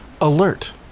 Alert